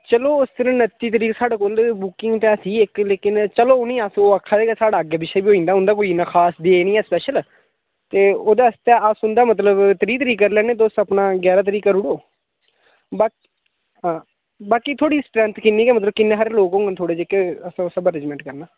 चलो उस दिन नत्ती तरीक साढ़े कोल बुकिंग ऐ सी इक लेकिन चलो उनेंगी ओह् आखै दे उंदा अग्गे पिच्छें बी होई जंदा उंदा इन्ना कोई खास डे नी ऐ स्पैशल ते ओह्दे आस्तै अस उन्दा अस मतलब त्रीह् तरीक करी लैन्ने तुस अपना ग्यारां तरीक करी उड़ो बाकी थुआड़ी स्ट्रैंथ किन्नी गै किन्ने हारे लोक होङन थुआढ़े जे अस उस स्हाबा दा रेंजमेंट करना